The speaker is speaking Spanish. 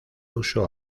huso